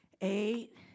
eight